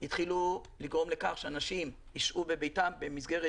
התחילו לגרום לכך שאנשים ישהו בביתם במסגרת